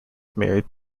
married